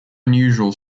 unusual